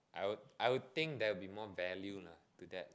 I would I would think there'd be more value lah to that